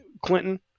clinton